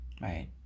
right